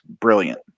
brilliant